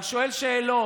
הוא שואל שאלות.